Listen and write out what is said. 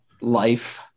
Life